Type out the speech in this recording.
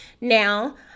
Now